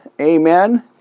Amen